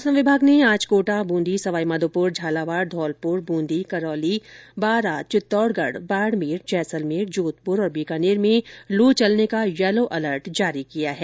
मौसम विभाग ने आज कोटा बूंदी सवाईमाघोपुर झालावाड़ धौलपुर बूंदी करौली बारां चित्तौडगढ़ बाड़मेर जैसलमेर जोधपुर तथा बीकानेर में लू चलने का येलो अलर्ट जारी किया है